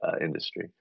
industry